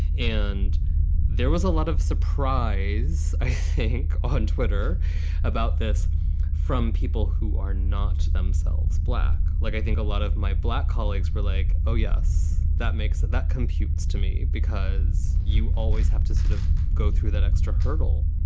and there was a lot of surprise, i think, on twitter about this from people who are not themselves black. look, like i think a lot of my black colleagues were like, oh, yes, that makes it. that computes to me because you always have to sort of go through that extra turtle